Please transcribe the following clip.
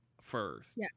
first